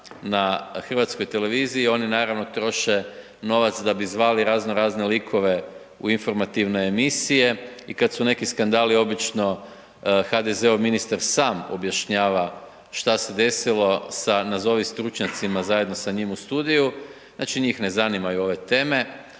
prijenos na HRT-u oni naravno troše novac, da bi zvali razno razne likove u informativne emisije i kada su neki skandali, obično, HDZ-ov ministar sam objašnjava što se desilo sa nazovi stručnjacima zajedno sa njim u studiju. Znači njih ne zanimaju ove teme